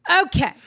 Okay